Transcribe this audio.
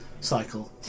cycle